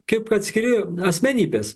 kaip atskiri asmenybės